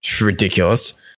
ridiculous